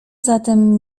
zatem